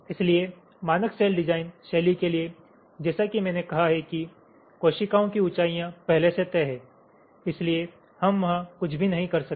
इसलिए मानक cell design शैली के लिए जैसा कि मैंने कहा है कि कोशिकाओं की ऊंचाइयां पहले से तय हैं इसलिए हम वहां कुछ भी नहीं कर सकते